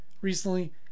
recently